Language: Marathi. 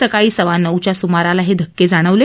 सकाळी सवा नऊच्या सुमाराला हे धक्के जाणवले